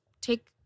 take